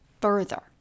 further